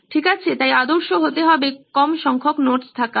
ঠিক আছে তাই আদর্শ হতে হবে কম সংখ্যক নোটস থাকা